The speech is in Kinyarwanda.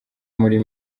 muri